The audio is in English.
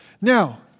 Now